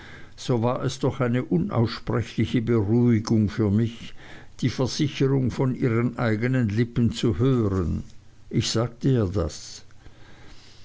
so war es doch eine unaussprechliche beruhigung für mich die versicherung von ihren eignen lippen zu hören ich sagte ihr das